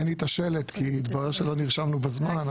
אין לי את השלט כי מתברר שלא נרשמנו בזמן.